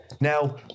Now